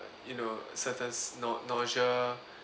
you know certain nau~ nausea